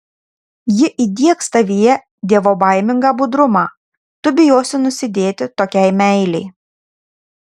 ji įdiegs tavyje dievobaimingą budrumą tu bijosi nusidėti tokiai meilei